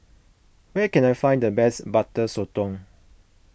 where can I find the best Butter Sotong